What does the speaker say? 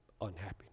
unhappiness